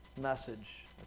message